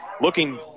looking